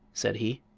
said he.